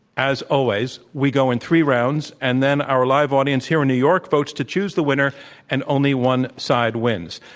as always, we go in three rounds and then our live audience here in new york votes to choose the winner and only one side wins.